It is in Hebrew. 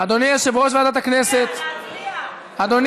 אדוני יושב-ראש ועדת הכנסת, אני